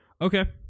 Okay